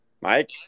Mike